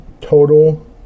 total